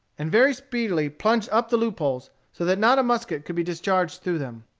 and very speedily plugged up the loop-holes, so that not a musket could be discharged through them.